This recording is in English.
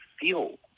feel